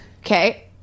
Okay